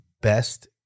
best